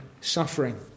suffering